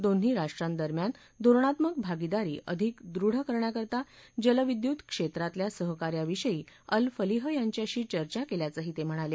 दोन्ही राष्ट्रां दरम्यान धोरणात्मक भागिदारी अधिक दृढ करण्याकरता जलविद्युत क्षेत्रातल्या सहकार्याविषयी अलफलिह यांच्याशी चर्चा केल्याचंही ते म्हणाले